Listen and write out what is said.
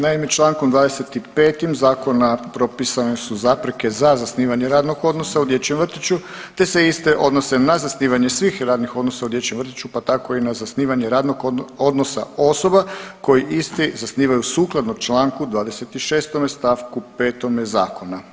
Naime, člankom 25. zakona propisane su zapreke za zasnivanje radnog odnosa u dječjem vrtiću, te se iste odnose na zasnivanje svih radnih odnosa u dječjem vrtiću, pa tako i na zasnivanje radnog odnosa osoba koji isti zasnivaju sukladno članku 26. stavku 5. zakona.